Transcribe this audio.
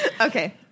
Okay